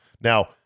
Now